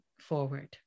forward